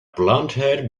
blondhaired